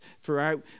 throughout